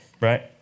right